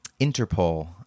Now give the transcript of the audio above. interpol